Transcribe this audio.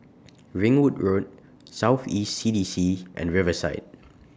Ringwood Road South East C D C and Riverside